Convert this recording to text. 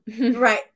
right